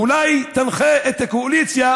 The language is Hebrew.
אולי תנחה את הקואליציה